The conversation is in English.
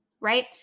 right